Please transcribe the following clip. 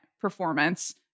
performance